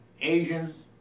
Asians